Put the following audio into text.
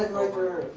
over.